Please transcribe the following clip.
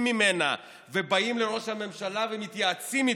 ממנה ובאים לראש הממשלה ומתייעצים איתו,